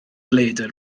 leidr